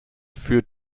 führt